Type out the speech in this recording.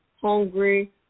hungry